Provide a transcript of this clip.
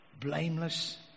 blameless